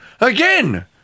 Again